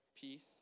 peace